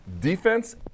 defense